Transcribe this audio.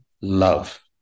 love